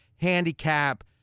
handicap